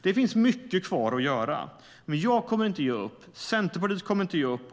Det finns mycket kvar att göra, men jag kommer inte att ge upp, och Centerpartiet kommer inte att ge upp.